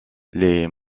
les